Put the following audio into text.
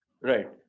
Right